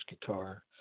guitar